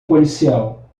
policial